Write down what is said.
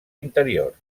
interiors